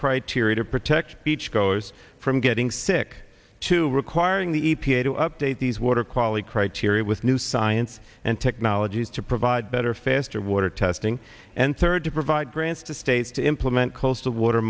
criteria to protect beachgoers from getting sick to requiring the e p a to update these water quality criteria with new science and technologies to provide better faster water testing and third to provide grants to states to implement coastal water